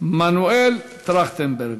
מנואל טרכטנברג,